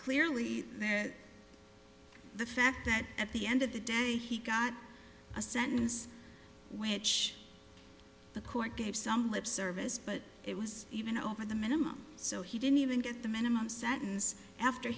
clearly the fact that at the end of the day he got a sentence which the court gave some lip service but it was even over the minimum so he didn't even get the minimum sentence after